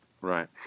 Right